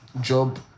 job